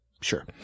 Sure